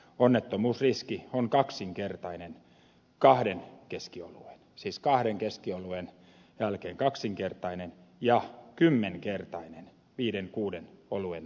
onnettomuusriski on kaksinkertainen kahden keskioluen siis kahden keskioluen jälkeen ja kymmenkertainen viiden kuuden oluen nauttimisen jälkeen